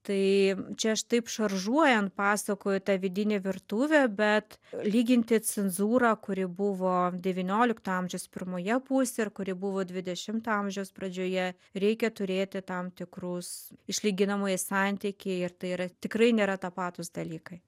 tai čia aš taip šaržuojant pasakoju tą vidinę virtuvę bet lyginti cenzūrą kuri buvo devyniolikto amžiaus pirmoje pusėje ir kuri buvo dvidešimto amžiaus pradžioje reikia turėti tam tikrus išlyginamąjį santykį ir tai yra tikrai nėra tapatūs dalykai